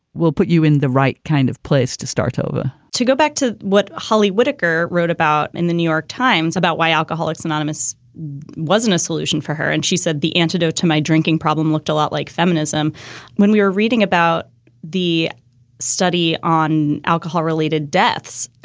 we'll put you in the right kind of place to start over to go back to what holly whitaker wrote about in the new york times, about why alcoholics anonymous wasn't a solution for her. and she said, the antidote to my drinking problem looked a lot like feminism when we were reading about the study on alcohol related deaths.